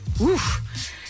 Oof